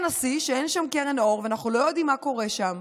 אין שם קרן אור, ואנחנו לא יודעים מה קורה שם.